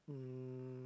um